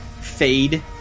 fade